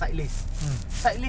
a lot of colours bro